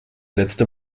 letzte